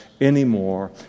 anymore